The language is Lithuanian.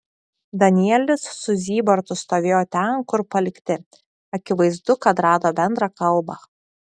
danielis su zybartu stovėjo ten kur palikti akivaizdu kad rado bendrą kalbą